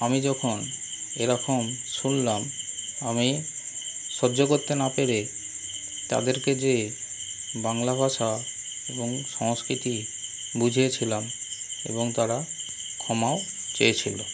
আমি যখন এরকম শুনলাম আমি সহ্য করতে না পেরে তাদেরকে যে বাংলা ভাষা এবং সংস্কৃতি বুঝিয়েছিলাম এবং তারা ক্ষমাও চেয়েছিল